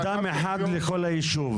אדם אחד לכל הישוב.